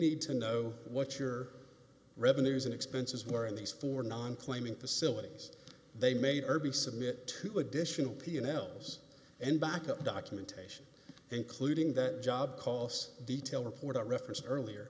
need to know what your revenues and expenses were in these four non claiming facilities they made irby submit to additional pianos and backup documentation including that job costs detail report a reference earlier